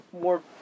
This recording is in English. more